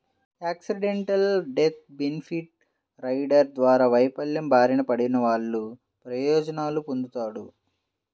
accidental death benefit rider ద్వారా వైకల్యం బారిన పడినవాళ్ళు ప్రయోజనాలు పొందుతాడు